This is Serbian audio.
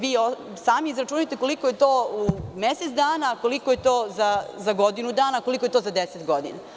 Vi sami izračunajte koliko je to za mesec dana, koliko je to za godinu dana i koliko je to za 10 godina.